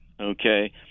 okay